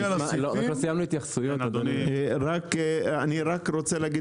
עוד לא סיימנו התייחסויות -- אני רק רוצה להגיד